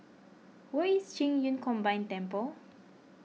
where is Qing Yun Combined Temple